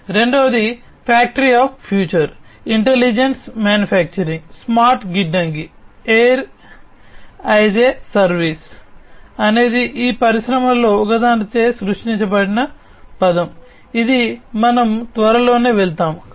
రెండవది factory of future intelligent manufacturing smart గిడ్డంగి అనేది ఈ పరిశ్రమలలో ఒకదానిచే సృష్టించబడిన పదం ఇది మనము త్వరలోనే వెళ్తాము